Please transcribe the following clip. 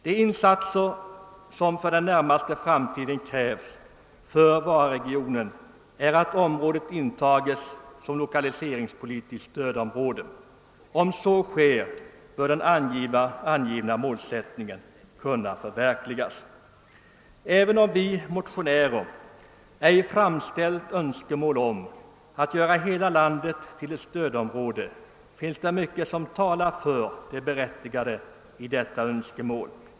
Den insats som för den närmaste framtiden krävs för Vararegionen är att området intages som lokaliseringspolitiskt stödområde. Om så sker, bör den angivna målsättningen kunna förverkligas. Även om vi motionirer ej framställt önskemål om att göra hela landet till ett stödområde, finns det mycket som talar för det berättigade däri.